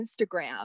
Instagram